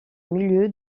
milieu